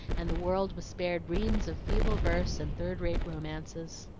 and the world was spared reams of feeble verse and third-rate romances.